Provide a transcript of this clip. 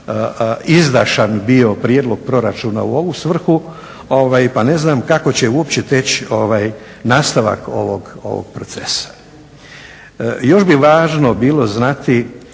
izdašan bio prijedlog proračuna u ovu svrhu pa ne znam kako će uopće teći nastavak ovog procesa. Još bi važno bilo znati